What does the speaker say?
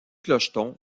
clocheton